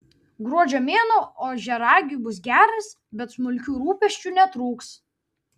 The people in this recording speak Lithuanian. gruodžio mėnuo ožiaragiui bus geras bet smulkių rūpesčių netrūks